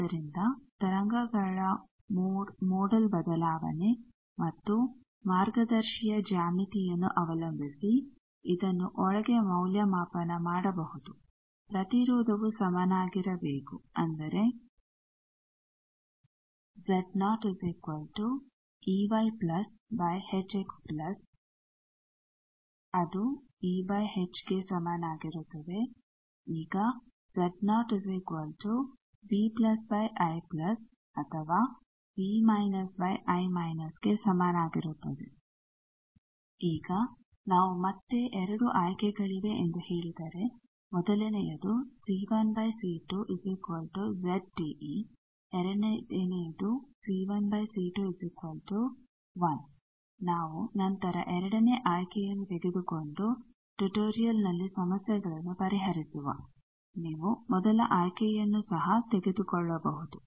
ಆದ್ದರಿಂದ ತರಂಗಗಳ mode modal ಬದಲಾವಣೆ ಮತ್ತು ಮಾರ್ಗದರ್ಶಿಯ ಜ್ಯಾಮಿತಿಯನ್ನು ಅವಲಂಬಿಸಿ ಇದನ್ನು ಒಳಗೆ ಮೌಲ್ಯಮಾಪನ ಮಾಡಬಹುದು ಪ್ರತಿರೋಧವು ಸಮಾನಗಿರಬೇಕು ಅಂದರೆ ಈಗ ನಾವು ಮತ್ತೆ 2 ಆಯ್ಕೆಗಳಿವೆ ಎಂದು ಹೇಳಿದರೆ ನಾವು ನಂತರ ಎರಡನೇ ಆಯ್ಕೆಯನ್ನು ತೆಗೆದುಕೊಂಡು ಟುಟೋರಿಯಲ್ನಲ್ಲಿ ಸಮಸ್ಯೆಗಳನ್ನು ಪರಿಹರಿಸುವ ನೀವು ಮೊದಲ ಆಯ್ಕೆಯನ್ನು ಸಹ ತೆಗೆದುಕೊಳ್ಳಬಹುದು